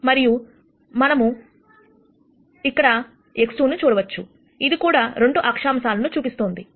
మరియు మనకు ఇక్కడ x2 చూడవచ్చు ఇది కూడా 2 అక్షాంశాలను చూపిస్తోంది